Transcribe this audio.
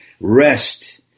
Rest